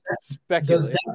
speculate